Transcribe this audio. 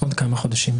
עוד כמה חודשים.